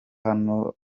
hano